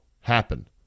happen